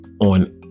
on